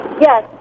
Yes